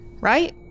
right